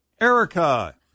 Erica